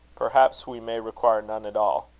perhaps we may require none at all.